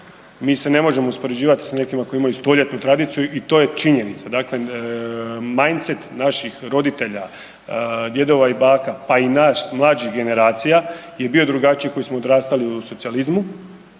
Mi se ne možemo uspoređivati s nekima koji imaju stoljetnu tradiciju i to je činjenica. Dakle, majncet naših roditelja, djedova i baka pa i nas mlađih generacija je bio drugačiji koji smo odrastali u socijalizmu